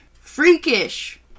freakish